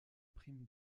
prime